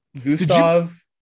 Gustav